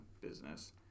business